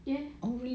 ya